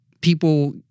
people